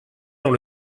dans